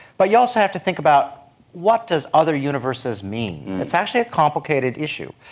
but you also have to think about what does other universes mean? it's actually a complicated issue.